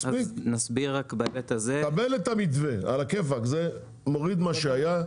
אני מקבל את המתווה, על הכיפק, זה מוריד מה שהיה,